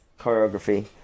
choreography